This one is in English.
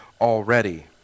already